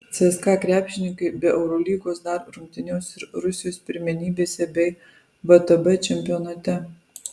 cska krepšininkai be eurolygos dar rungtyniaus ir rusijos pirmenybėse bei vtb čempionate